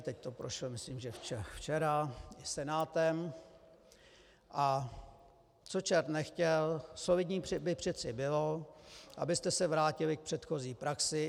Teď to prošlo, myslím, že včera, Senátem a co čert nechtěl, solidní by přece bylo, abyste se vrátili k předchozí praxi.